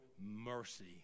mercy